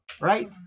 right